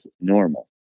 normal